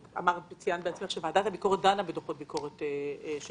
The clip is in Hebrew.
ציינת בעצמך שוועדת הביקורת דנה בדוחות הביקורת של